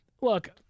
look